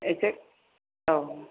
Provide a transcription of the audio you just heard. एसे औ